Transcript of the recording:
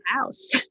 house